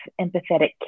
empathetic